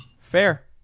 Fair